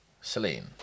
Celine